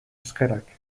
eskerrak